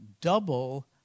Double